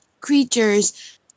creatures